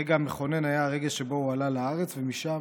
הרגע המכונן היה הרגע שבו הוא עלה לארץ, ומשם